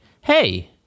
hey